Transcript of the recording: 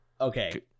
okay